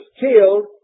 killed